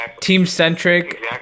team-centric